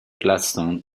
gladstone